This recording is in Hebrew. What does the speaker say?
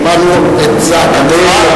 שמענו את זעקתך.